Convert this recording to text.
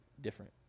different